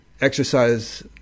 exercise